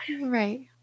right